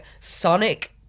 Sonic